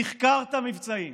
תחקרת מבצעים,